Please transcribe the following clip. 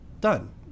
done